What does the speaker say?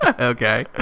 okay